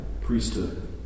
priesthood